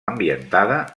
ambientada